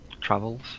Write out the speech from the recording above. travels